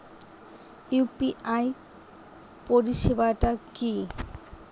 UPI পরিসেবাটা কি?